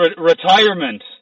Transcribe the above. retirement